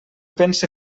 pense